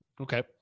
Okay